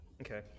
Okay